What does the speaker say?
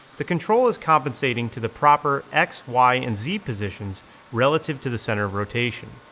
the control is compensating to the proper x, y, and z positions relative to the center of rotation.